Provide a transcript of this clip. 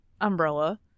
umbrella